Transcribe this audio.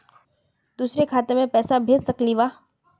दुसरे खाता मैं पैसा भेज सकलीवह?